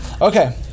okay